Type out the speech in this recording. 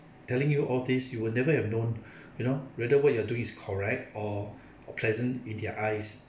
telling you all these you will never have known you know whether what you are doing is correct or or pleasant in their eyes